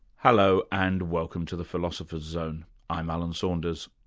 hello, and welcome to the philosopher's zone i'm alan saunders.